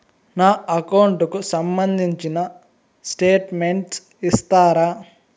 నా అకౌంట్ కు సంబంధించిన స్టేట్మెంట్స్ ఇస్తారా